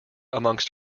amongst